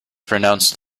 pronounced